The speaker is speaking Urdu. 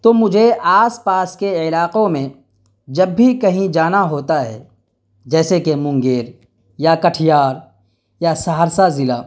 تو مجھے آس پاس کے علاقوں میں جب بھی کہیں جانا ہوتا ہے جیسے کہ مونگیر یا کٹیہار یا سہرسہ ضلع